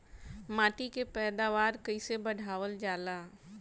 माटी के पैदावार कईसे बढ़ावल जाला?